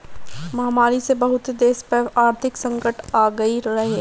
महामारी में बहुते देस पअ आर्थिक संकट आगई रहे